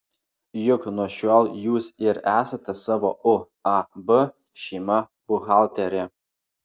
juk nuo šiol jūs ir esate savo uab šeima buhalterė